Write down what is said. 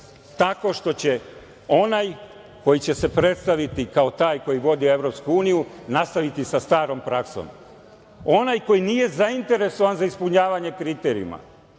Tako što će onaj koji će se predstaviti kao taj koji vodi EU nastaviti sa starom praksom. Onaj koji nije zainteresovan za ispunjavanje kriterijuma,